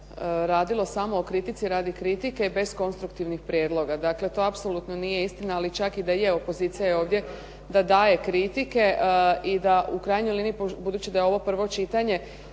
radilo samo o kritici radi kritike bez konstruktivnih prijedloga. Dakle, to apsolutno nije istina, ali čak i daje, opozicija je ovdje da daje kritike i da u krajnjoj liniji, budući da je ovo prvo čitanje